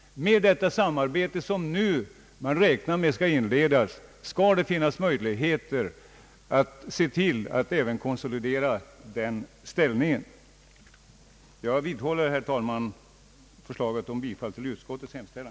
Med det samarbete som man nu beräknar inleda bör det finnas möjligheter att konsolidera postbankens ställning. Jag vidhåller, herr talman, mitt yrkande om bifall till utskottets hemställan.